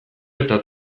eta